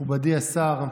מכובדי השר,